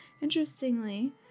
Interestingly